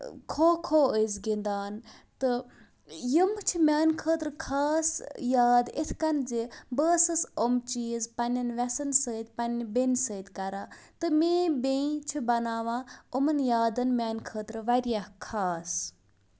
کھوکھو ٲسۍ گِنٛدان تہٕ یِم چھِ میانہِ خٲطرٕ خاص یاد یِتھ کٔنۍ زِ بہٕ ٲسٕس أمۍ چیٖز پَنٕنٮ۪ن ویسن سۭتۍ پَنٕنہِ بیٚنہِ سۭتۍ کران تہٕ میٲنۍ بیٚنہِ چھِ بَناوان أمن یادَن میانہِ خٲطرٕ واریاہ خاص